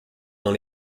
dans